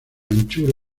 anchura